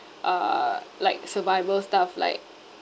uh like survival stuff like